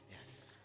Yes